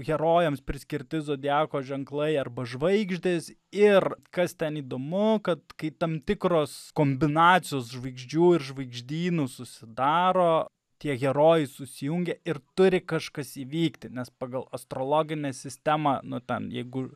herojams priskirti zodiako ženklai arba žvaigždės ir kas ten įdomu kad kai tam tikros kombinacijos žvaigždžių ir žvaigždynų susidaro tie herojai susijungia ir turi kažkas įvykti nes pagal astrologinę sistemą nu ten jeigu